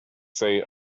say